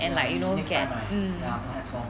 ya he next time right ya perhaps lor